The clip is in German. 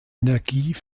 energie